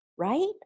Right